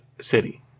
city